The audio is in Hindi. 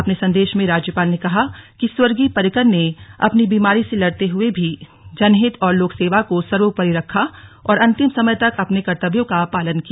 अपने संदेश में राज्यपाल ने कहा कि स्वर्गीय पर्रिकर ने अपनी बीमारी से लड़ते हुए भी जनहित और लोकसेवा को सर्वोपरि रखा और अंतिम समय तक अपने कर्तव्यों का पालन किया